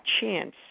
chance